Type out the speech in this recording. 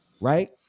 right